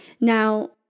Now